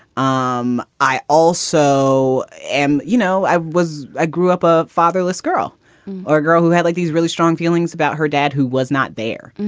um i also am you know, i was i grew up a fatherless girl or girl who had like these really strong feelings about her dad who was not there.